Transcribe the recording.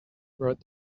wrote